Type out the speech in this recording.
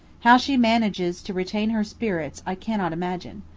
how she manages to retain her spirits i cannot imagine.